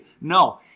No